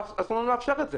ואסור לנו לאפשר את זה,